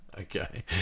Okay